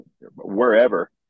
wherever –